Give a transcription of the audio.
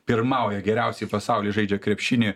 pirmauja geriausiai pasauly žaidžia krepšinį